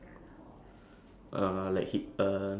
those like top hundred Billboards or something ah